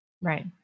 Right